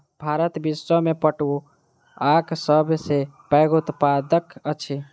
भारत विश्व में पटुआक सब सॅ पैघ उत्पादक अछि